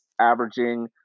averaging